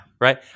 Right